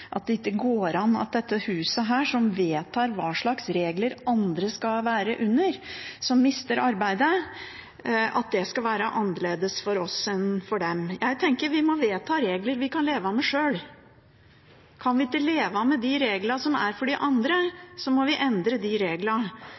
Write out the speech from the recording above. det går an at dette huset, som vedtar hva slags regler andre som mister arbeidet, skal være underlagt, skal lage regler som skal være annerledes for oss enn for dem. Jeg tenker at vi må vedta regler vi kan leve med sjøl. Kan vi ikke leve med de reglene som er for de andre, må vi endre de reglene.